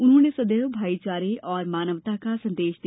उन्होंने सदैव भाईचारे और मानवता का संदेश दिया